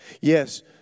Yes